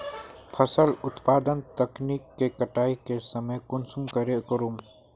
फसल उत्पादन तकनीक के कटाई के समय कुंसम करे करूम?